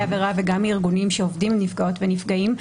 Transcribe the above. עבירה וגם מארגונים שעובדים עם נפגעות ונפגעים,